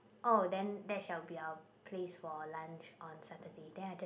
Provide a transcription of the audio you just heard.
oh then that shall be our place for lunch on Saturday then I just